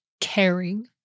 caring